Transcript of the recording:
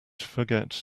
forget